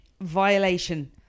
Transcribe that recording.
violation